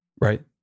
Right